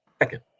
Second